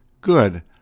Good